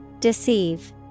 Deceive